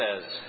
says